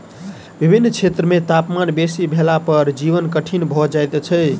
विभिन्न क्षेत्र मे तापमान बेसी भेला पर जीवन कठिन भ जाइत अछि